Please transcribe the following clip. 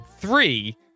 three